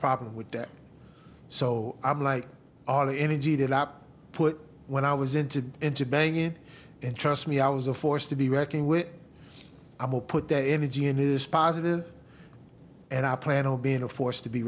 problem with that so i'm like all the energy that up put when i was in to and to bang in and trust me i was a force to be reckoned with i will put the energy in is positive and i plan on being a force to be